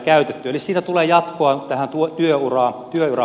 eli siitä tulee jatkoa tähän työurapakettiin